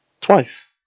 Twice